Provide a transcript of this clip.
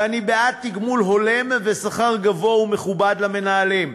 ואני בעד תגמול הולם ושכר גבוה ומכובד למנהלים,